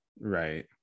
Right